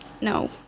no